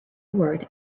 word